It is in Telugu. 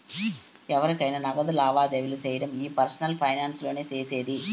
ఎవురికైనా నగదు లావాదేవీలు సేయడం ఈ పర్సనల్ ఫైనాన్స్ లోనే సేసేది